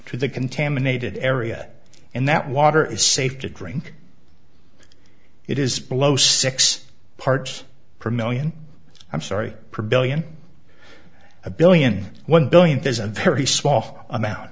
to the contaminated area and that water is safe to drink it is below six parts per million i'm sorry per billion a billion one billion there's a very small